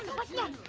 what's next?